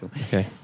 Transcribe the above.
Okay